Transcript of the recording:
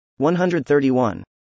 131